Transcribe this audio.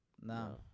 No